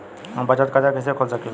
हम बचत खाता कईसे खोल सकिला?